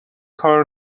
کار